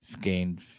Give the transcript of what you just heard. gained